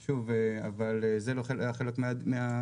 אבל שוב, זה לא היה חלק מהמוקד.